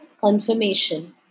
confirmation